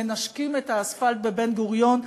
מנשקים את האספלט בבן-גוריון,